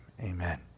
amen